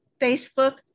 Facebook